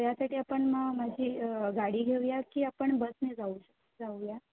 यासाठी आपण म माझी गाडी घेऊया की आपण बसने जाऊ जाऊया